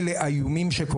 בלי דברים כאלה איומים שקורים,